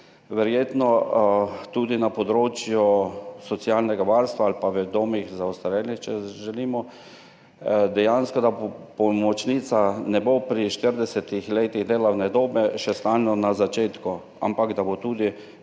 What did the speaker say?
verjetno tudi na področju socialnega varstva ali pa v domih za ostarele, če želimo dejansko, da pomočnica ne bo pri 40 letih delovne dobe še vedno na začetku, ampak da bo tudi